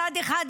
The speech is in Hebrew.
מצד אחד,